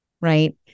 right